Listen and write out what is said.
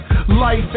Life